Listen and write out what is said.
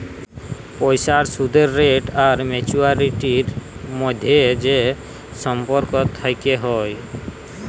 পইসার সুদের রেট আর ম্যাচুয়ারিটির ম্যধে যে সম্পর্ক থ্যাকে হ্যয়